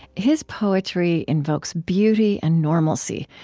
his poetry invokes beauty and normalcy,